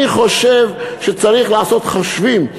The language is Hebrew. אני חושב שצריך לעשות חושבים.